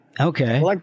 Okay